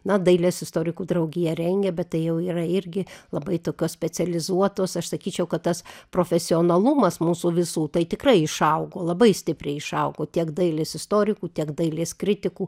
na dailės istorikų draugija rengia bet tai jau yra irgi labai tokios specializuotos aš sakyčiau kad tas profesionalumas mūsų visų tai tikrai išaugo labai stipriai išaugo tiek dailės istorikų tiek dailės kritikų